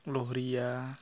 ᱞᱳᱦᱚᱨᱤᱭᱟ